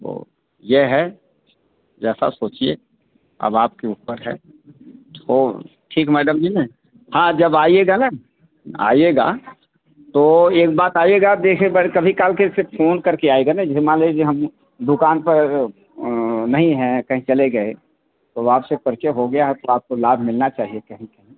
वो ये है जैसा सोचिए अब आपके ऊपर है तो ठीक मैडम जी ना हाँ जब आइएगा ना आइएगा तो एक बात आइएगा देखें एक बार कभी काल के ऐसे फोन करके आइएगा न जैसे मान लीजिए हम दुकान पर नहीं हैं कहीं चले गए तो आपसे परिचय हो गया है तो आपको लाभ मिलना चाहिए कहीं कहीं